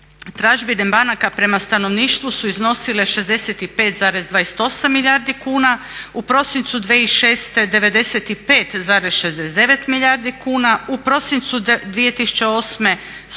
tražbine banaka prema stanovništvu su iznosile 65,28 milijardi kuna, u prosincu 2006. 95,69 milijardi kuna, u prosincu 2008.